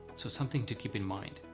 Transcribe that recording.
so something to keep in mind.